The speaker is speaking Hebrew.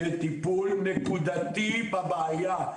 כטיפול נקודתי בבעיה.